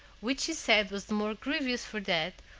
which he said was the more grievous for that,